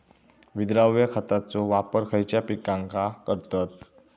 विद्राव्य खताचो वापर खयच्या पिकांका करतत?